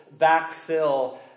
backfill